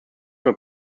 were